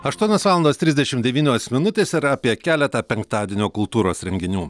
aštuonios valandos trisdešim devynios minutės ir apie keletą penktadienio kultūros renginių